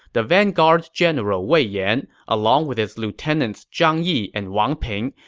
the vanguard general wei yan, along with his lieutenants zhang yi and wang ping,